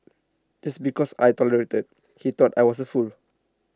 just because I tolerated he thought I was A fool